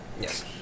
Yes